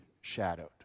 shadowed